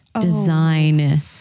design